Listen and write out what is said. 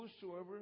whosoever